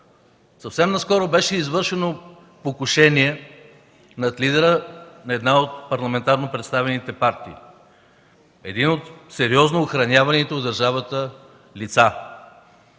акт: наскоро беше извършено покушение над лидера на една от парламентарно представените партии – той е един от сериозно охраняваните в държавата лица.